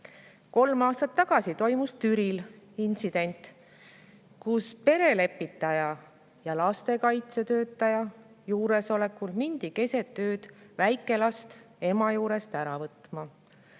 aastat tagasi toimus Türil intsident, kus perelepitaja ja lastekaitsetöötaja juuresolekul mindi keset ööd väikelast ema juurest ära võtma.